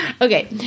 Okay